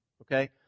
okay